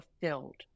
fulfilled